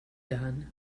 done